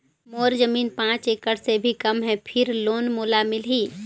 मोर जमीन पांच एकड़ से भी कम है फिर लोन मोला मिलही?